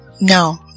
No